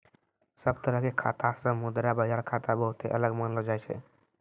सब तरह के खाता से मुद्रा बाजार खाता बहुते अलग मानलो जाय छै